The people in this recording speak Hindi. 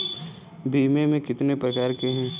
बीमे के कितने प्रकार हैं?